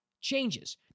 changes